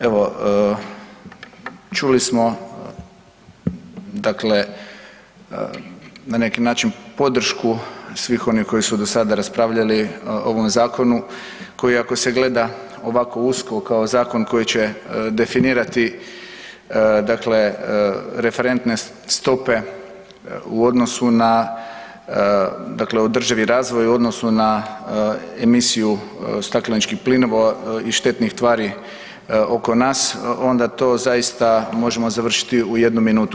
Evo, čuli smo dakle na neki način podršku svih onih koji su do sada raspravljali o ovom zakonu, koji, ako se gleda ovako usko kao zakon koji će definirati dakle referentne stope u odnosu na dakle održivi razvoj u odnosu na emisiju stakleničkih plinova i štetnih tvari oko nas, onda to zaista možemo završiti u jednu minutu.